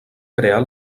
crear